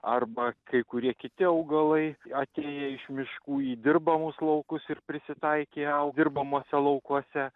arba kai kurie kiti augalai atėję iš miškų į dirbamus laukus ir prisitaikė au dirbamuose laukuose